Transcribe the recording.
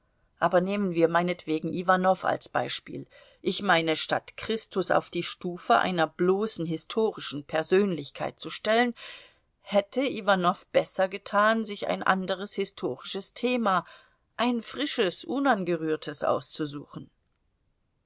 aber nehmen wir meinetwegen iwanow als beispiel ich meine statt christus auf die stufe einer bloßen historischen persönlichkeit zu stellen hätte iwanow besser getan sich ein anderes historisches thema ein frisches unangerührtes auszusuchen